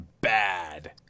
Bad